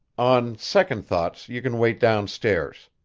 on second thoughts you can wait down stairs.